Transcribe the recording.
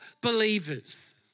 believers